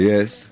Yes